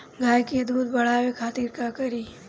गाय के दूध बढ़ावे खातिर का करी?